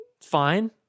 fine